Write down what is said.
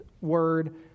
word